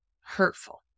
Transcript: hurtful